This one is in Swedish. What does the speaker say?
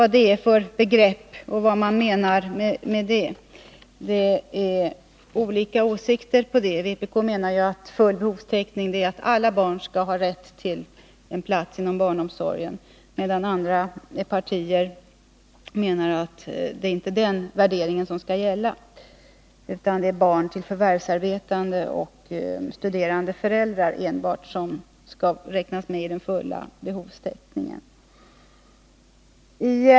Det finns olika åsikter om vad som menas med det. Vpk anser att full behovstäckning är att alla barn skall ha rätt till plats inom barnomsorgen, medan andra partier menar att det inte är den värderingen som skall gälla, utan att det enbart är barn till förvärvsarbetande och studerande föräldrar som skall räknas in i det begreppet.